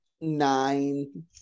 nine